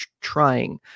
trying